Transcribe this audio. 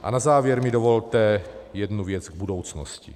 A na závěr mi dovolte jednu věc k budoucnosti.